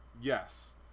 yes